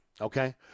okay